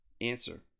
Answer